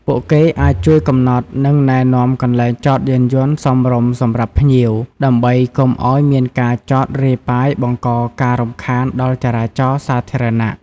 ពួកគេអាចជួយកំណត់ និងណែនាំកន្លែងចតយានយន្តសមរម្យសម្រាប់ភ្ញៀវ ដើម្បីកុំឱ្យមានការចតរាយប៉ាយបង្កការរំខានដល់ចរាចរណ៍សាធារណៈ។